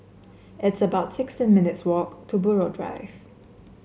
it's about sixteen minutes' walk to Buroh Drive